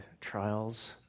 trials